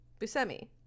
Buscemi